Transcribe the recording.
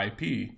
IP